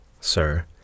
sir